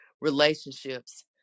relationships